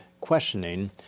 questioning